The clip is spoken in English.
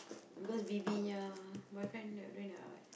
cause Bibi nya boyfriend the doing that one what